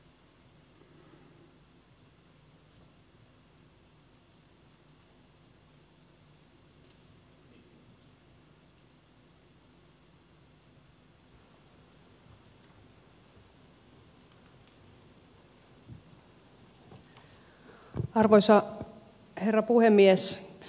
arvoisa herra puhemies